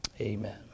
amen